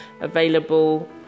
available